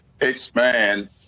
expand